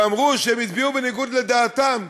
ואמרו שהם הצביעו בניגוד לדעתם,